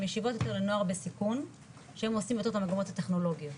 ישיבות של נוער בסיכון שהם עושים המגמות הטכנולוגיות.